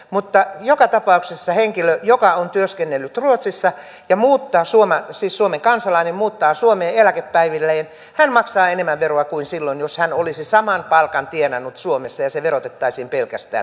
mutta joka tapauksessa kun henkilö joka on työskennellyt ruotsissa siis suomen kansalainen muuttaa suomeen eläkepäivilleen hän maksaa enemmän veroa kuin silloin jos hän olisi saman palkan tienannut suomessa ja se verotettaisiin pelkästään täällä